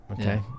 okay